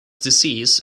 disease